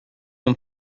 him